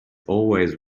always